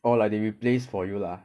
orh like they replace for you lah